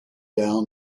down